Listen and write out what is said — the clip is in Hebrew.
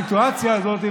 מהסיטואציה הזאת.